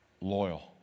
loyal